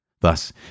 Thus